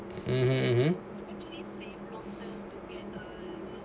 mmhmm